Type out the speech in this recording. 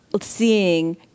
seeing